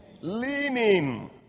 Leaning